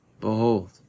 behold